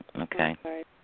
okay